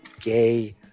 gay